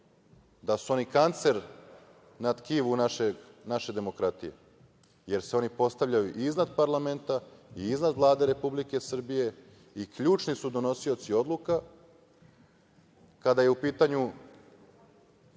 da su oni kancer na tkivu naše demokratije, jer se oni postavljaju iznad parlamenta, iznad Vlade Republike Srbije i ključni su donosioci odluka kada je u pitanju